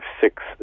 six